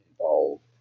involved